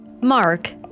Mark